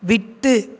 விட்டு